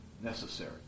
necessary